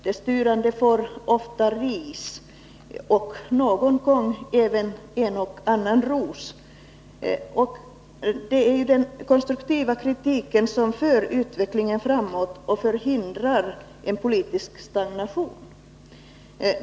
De styrande får ofta ris och någon gång även en och annan ros. Det är den konstruktiva kritiken som för utvecklingen framåt och förhindrar en politisk stagnation.